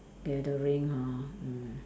gathering ha mm